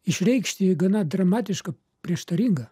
išreikšti gana dramatišką prieštaringą